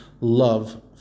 love